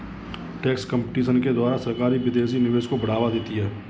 tax competition के द्वारा सरकारी विदेशी निवेश को बढ़ावा देती है